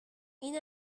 این